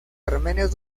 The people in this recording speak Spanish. armenios